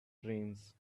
dreams